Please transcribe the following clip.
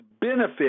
benefit